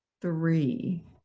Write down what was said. three